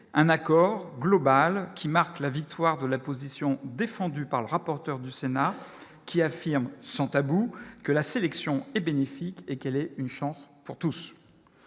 un accord global qui marque la victoire de la position défendue par le rapporteur du Sénat qui affirme sans tabou que la sélection est bénéfique et qu'elle est une chance pour tous